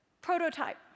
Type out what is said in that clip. Prototype